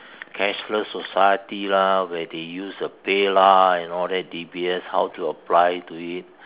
cashless society lah where they use the Pay Lah and all that D_B_S how to apply to it